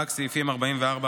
רק סעיפים 45-44,